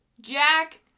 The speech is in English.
Jack